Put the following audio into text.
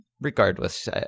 regardless